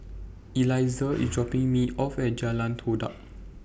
Elizah IS dropping Me off At Jalan Todak